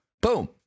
Boom